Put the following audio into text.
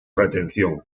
retención